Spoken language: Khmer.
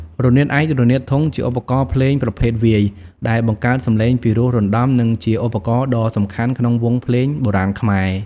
រនាតឯក រនាតធុង ជាឧបករណ៍ភ្លេងប្រភេទវាយ ដែលបង្កើតសំឡេងពិរោះរណ្ដំ និងជាឧបករណ៍ដ៏សំខាន់ក្នុងវង់ភ្លេងបុរាណខ្មែរ។